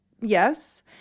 Yes